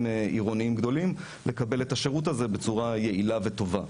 עירוניים גדולים לקבל את השירות בצורה יעילה וטובה,